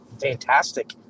fantastic